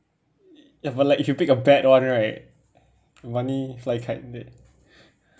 ya but like if you pick a bad one right money fly kite eh